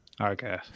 Okay